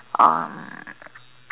um